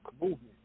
movement